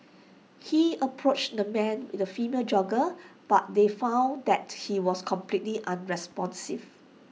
he approached the man with A female jogger but they found that he was completely unresponsive